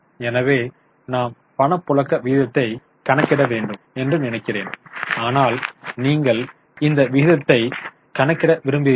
எனவே நாம் பணப்புழக்க விகிதத்தை கணக்கிட வேண்டும் என்று நினைக்கிறேன் ஆனால் நீங்கள் இந்த விகிதத்தை கணக்கிட விரும்புகிறீர்களா